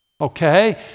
okay